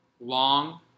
Long